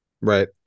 Right